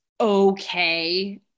okay